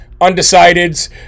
undecideds